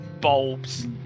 bulbs